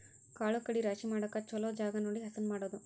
ಕಾಳು ಕಡಿ ರಾಶಿ ಮಾಡಾಕ ಚುಲೊ ಜಗಾ ನೋಡಿ ಹಸನ ಮಾಡುದು